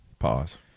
pause